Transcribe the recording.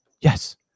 Yes